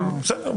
בסדר.